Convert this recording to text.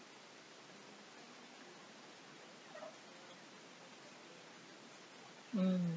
hmm